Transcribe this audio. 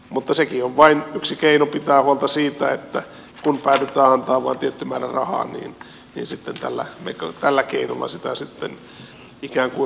mutta sekin on vain yksi keino pitää huolta siitä että kun päätetään antaa vain tietty määrä rahaa niin tällä keinolla sitä sitten ikään kuin hoidetaan kuntoon